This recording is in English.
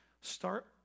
Start